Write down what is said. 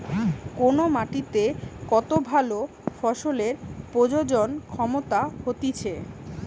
কোন মাটিতে কত ভালো ফসলের প্রজনন ক্ষমতা হতিছে